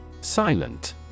Silent